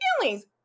feelings